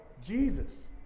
Jesus